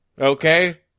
Okay